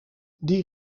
die